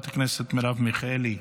חברת הכנסת מרב מיכאלי,